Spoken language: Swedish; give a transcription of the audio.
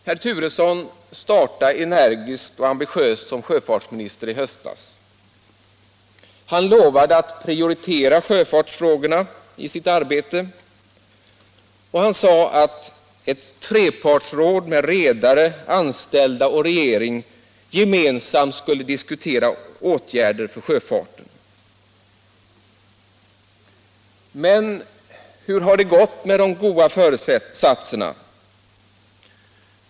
Herr Turesson startade energiskt och ambitiöst som sjöfartsminister i höstas. Han lovade att prioritera sjöfartsfrågorna i sitt arbete och han sade, att ett trepartsråd med redare, anställda och regering gemensamt 105 skulle diskutera åtgärder för sjöfarten. Men hur har det gått med de goda föresatserna?